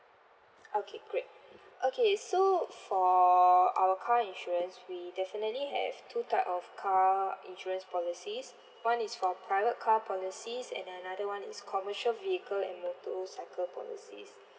okay great okay so for our car insurance we definitely have two type of car insurance policies one is for private car policies and another one is commercial vehicle and motorcycle policies